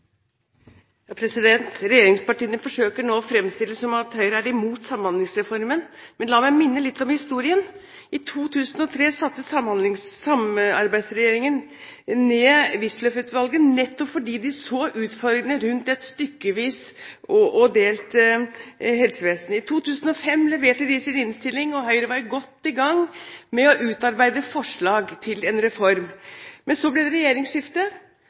Regjeringspartiene forsøker nå å fremstille det som at Høyre er imot Samhandlingsreformen, men la meg minne litt om historien. I 2003 satte Samarbeidsregjeringen ned Wisløff-utvalget nettopp fordi de så utfordringene rundt et stykkevis og delt helsevesen. I 2005 leverte de sin innstilling, og Høyre var godt i gang med å utarbeide forslag til en reform. Men så ble det